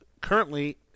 currently